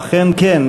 אכן כן.